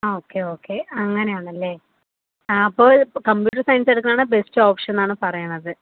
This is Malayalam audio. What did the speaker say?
ആ ഓക്കേ ഓക്കേ അങ്ങനെയാണല്ലേ ആ അപ്പോൾ കമ്പ്യൂട്ടർ സയൻസ് എടുക്കുന്നതാണ് ബെസ്ഡ് ഓപ്ഷനെന്നാണ് പറയണത്